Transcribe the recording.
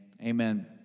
amen